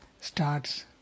starts